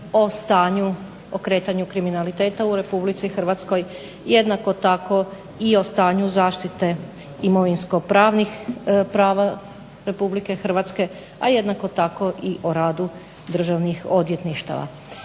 o stanju, o kretanju kriminaliteta u Republici Hrvatskoj, jednako tako i o stanju zaštite imovinsko-pravnih prava Republike Hrvatske, a jednako tako i o radu državnih odvjetništava.